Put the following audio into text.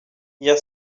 hier